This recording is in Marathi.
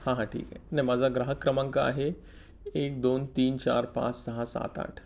हां हां ठीक आहे ना माझा ग्राहक क्रमांक आहे एक दोन तीन चार पाच सहा सात आठ